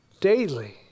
daily